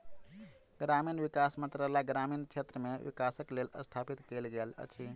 ग्रामीण विकास मंत्रालय ग्रामीण क्षेत्र मे विकासक लेल स्थापित कयल गेल अछि